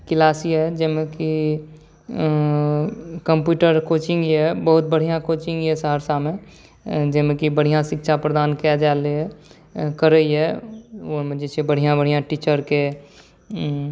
class यए जाहिमे कि कम्प्यूटर कोचिंग यए बहुत बढ़िआँ कोचिंग यए सहरसामे जाहिमे कि बढ़िआँ शिक्षा प्रदान कयल जाइए ओहिमे जे छै बढ़िआँ बढ़िआँ टीचरकेँ